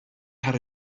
had